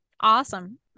Awesome